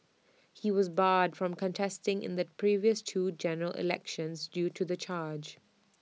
he was barred from contesting in the previous two general elections due to the charge